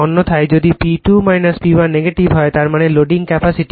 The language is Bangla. অন্যথায় যদি P2 P1 নেগেটিভ হয় তার মানে লোডিং ক্যাপাসিটি